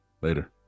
Later